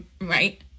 right